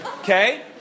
okay